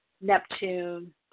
Neptune